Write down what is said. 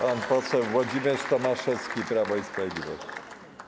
Pan poseł Włodzimierz Tomaszewski, Prawo i Sprawiedliwość.